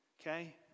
okay